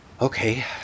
Okay